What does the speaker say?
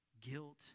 guilt